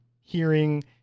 hearing